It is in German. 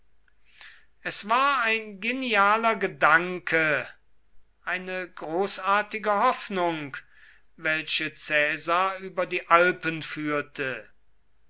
es war ein genialer gedanke eine großartige hoffnung welche caesar über die alpen führte